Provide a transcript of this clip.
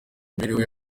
imibereho